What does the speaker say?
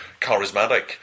charismatic